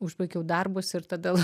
užbaigiau darbus ir tada